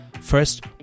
First